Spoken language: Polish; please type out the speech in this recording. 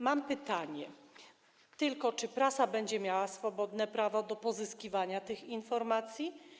Mam pytanie: Tylko czy prasa będzie miała swobodne prawo do pozyskiwania tych informacji?